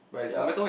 ya